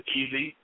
easy